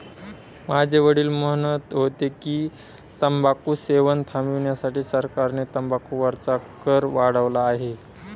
माझे वडील म्हणत होते की, तंबाखू सेवन थांबविण्यासाठी सरकारने तंबाखू वरचा कर वाढवला आहे